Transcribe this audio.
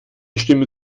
stimme